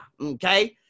okay